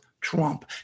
Trump